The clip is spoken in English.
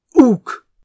Ook